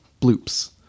bloops